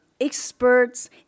experts